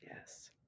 Yes